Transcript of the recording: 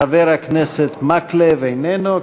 חבר הכנסת מקלב, איננו.